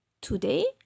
Today